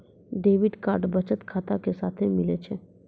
debit card बचत खाता के साथे मिलै छै